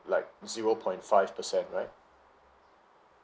like zero point five percent right